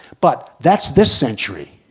but that's this century.